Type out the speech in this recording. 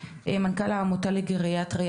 מנכ"ל העמותה לגריאטריה